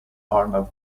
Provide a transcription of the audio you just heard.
arnav